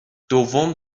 دوم